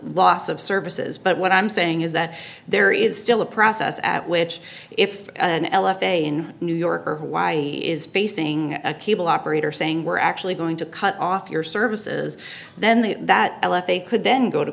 loss of services but what i'm saying is that there is still a process at which if an l f a in new york or hawaii is facing a cable operator saying we're actually going to cut off your services then they that they could then go to